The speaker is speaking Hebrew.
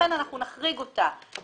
לכן אנחנו נחריג אותה מהגדרת